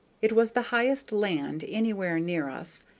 it was the highest land anywhere near us,